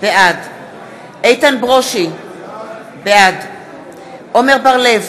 בעד איתן ברושי, בעד עמר בר-לב,